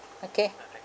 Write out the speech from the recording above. okay